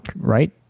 Right